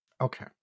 Okay